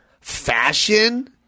Fashion